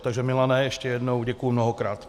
Takže Milane, ještě jednou, děkuji mnohokrát.